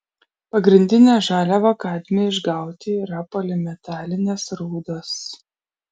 pagrindinė žaliava kadmiui išgauti yra polimetalinės rūdos